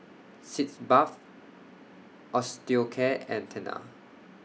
Sitz Bath Osteocare and Tena